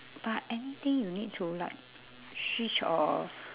but anything you need to like switch or